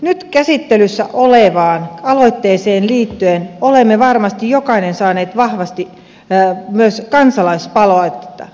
nyt käsittelyssä olevaan aloitteeseen liittyen olemme varmasti jokainen saaneet vahvasti myös kansalaispalautetta